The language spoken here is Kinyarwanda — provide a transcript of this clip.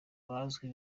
bazwi